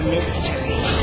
Mystery